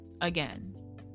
again